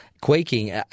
quaking